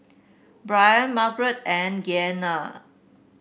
Brian Margeret and Gianna